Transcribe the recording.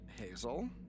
Hazel